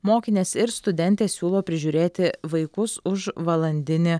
mokinės ir studentės siūlo prižiūrėti vaikus už valandinį